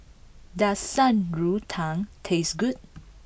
does Shan Rui Tang taste good